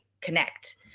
connect